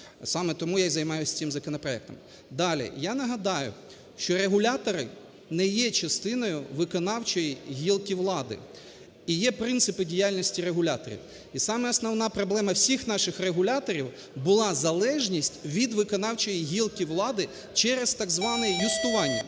саме тому я і займаюсь цим законопроектом. Далі. Я нагадаю, що регулятора не є частиною виконавчої гілки влади. І є принципи діяльності регуляторів. І саме основна проблема всіх наших регуляторів була залежність від виконавчої гілки влади через так зване юстування.